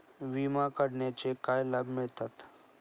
विमा काढण्याचे काय लाभ मिळतात?